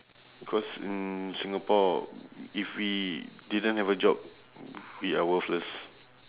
because in singapore if we didn't have a job we are worthless